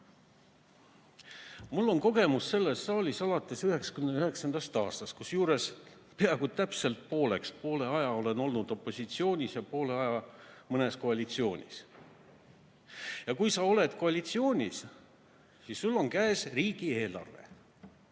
Mul on kogemus sellest saalist alates 1999. aastast. Kusjuures peaaegu täpselt pooleks: poole ajast olen olnud opositsioonis ja poole ajast mõnes koalitsioonis. Kui sa oled koalitsioonis, siis sul on käes riigieelarve,